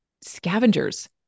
scavengers